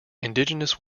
indigenous